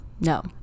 no